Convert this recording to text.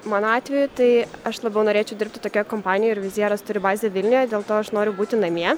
mano atveju tai aš labiau norėčiau dirbti tokioje kompanijoje ir vizieras turi bazę vilniuje dėl to aš noriu būti namie